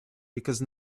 because